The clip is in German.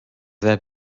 sehr